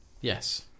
yes